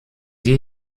die